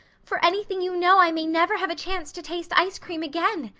for anything you know i may never have a chance to taste ice cream again.